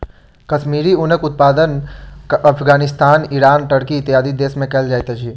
कश्मीरी ऊनक उत्पादन Afghanistan, Iran, Turkey, इत्यादि देश में कयल जाइत अछि